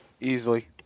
easily